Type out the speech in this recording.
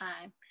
time